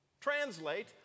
Translate